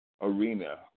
arena